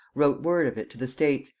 wrote word of it to the states,